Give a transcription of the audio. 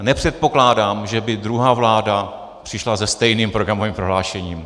A nepředpokládám, že by druhá vláda přišla se stejným programovým prohlášením.